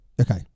okay